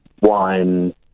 wine